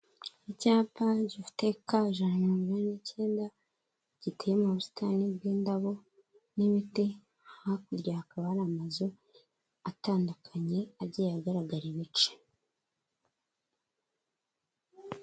Icyapa gifite KA ijana na mirongo inani n'icyenda, giteye mu busitani bw'indabo n'ibiti, hakurya hakaba hari amazu atandukanye, agiye agaragara ibice.